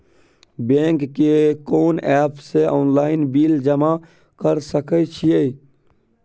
Bank के कोन app से ऑनलाइन बिल जमा कर सके छिए?